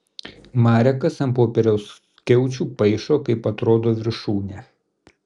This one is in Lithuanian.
marekas ant popieriaus skiaučių paišo kaip atrodo viršūnė